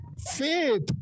Faith